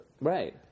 Right